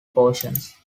portions